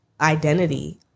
identity